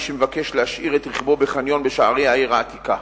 שמבקש להשאיר את רכבו בחניון בשערי העיר העתיקה,